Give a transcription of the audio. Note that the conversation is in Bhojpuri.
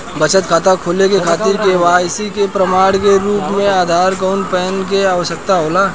बचत खाता खोले के खातिर केवाइसी के प्रमाण के रूप में आधार आउर पैन कार्ड के आवश्यकता होला